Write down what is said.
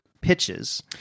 pitches